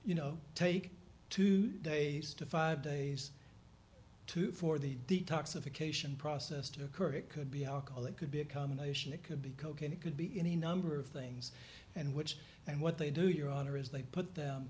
you know take two days to five days to for the detoxification process to occur it could be alcohol it could be a combination it could be cocaine it could be any number of things and which and what they do your honor is they put